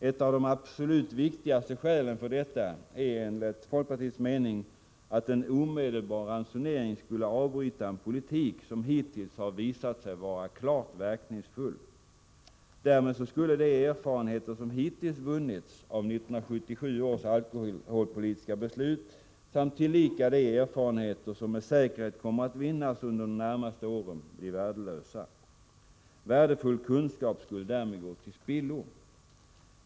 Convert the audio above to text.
Ett av de absolut viktigaste skälen för detta är enligt folkpartiets mening att en omedelbar ransonering skulle avbryta en politik som hittills har visat sig vara klart verkningsfull. Därmed skulle de erfarenheter som hittills har vunnits av 1977 års alkoholpolitiska beslut samt tillika de erfarenheter som med säkerhet kommer att vinnas under de närmaste åren bli värdelösa. Värdefull kunskap skulle gå till spillo.